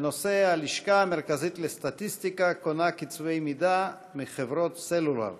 בנושא: הלשכה המרכזית לסטטיסטיקה קונה קובצי מידע מחברות סלולר.